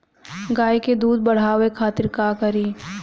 गाय के दूध बढ़ावे खातिर का करी?